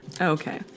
okay